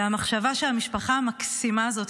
והמחשבה שהמשפחה המקסימה הזאת,